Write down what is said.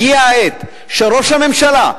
הגיעה העת שראש הממשלה,